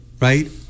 right